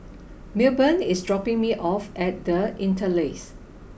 Milburn is dropping me off at The Interlace